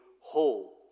whole